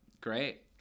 great